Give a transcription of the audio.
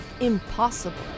impossible